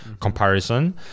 comparison